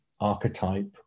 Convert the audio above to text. archetype